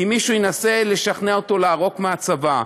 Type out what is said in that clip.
אם מישהו ינסה לשכנע אותו לערוק מהצבא.